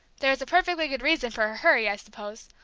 there was a perfectly good reason for her hurry, i suppose?